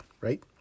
right